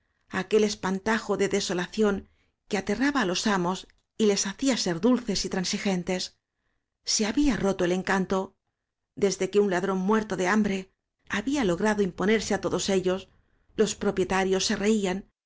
aquel espantajo de desolación que aterraba á los amos y les hacía ser dulces y transigentes se había roto el encanto desde que un ladrón muerto de hambre había logrado imponerse á todos ellos los propietarios se reían